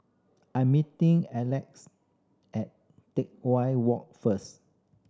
I am meeting Aleck at Teck Whye Walk first